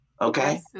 okay